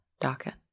docket